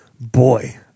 Boy